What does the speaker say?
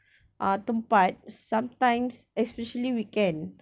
ah tempat sometimes especially weekend